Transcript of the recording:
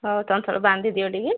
ହଉ ଚଞ୍ଚଳ ବାନ୍ଧିଦିଅ ଟିକିଏ